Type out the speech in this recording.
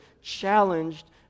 challenged